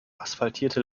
asphaltierte